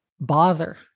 bother